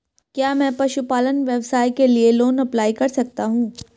क्या मैं पशुपालन व्यवसाय के लिए लोंन अप्लाई कर सकता हूं?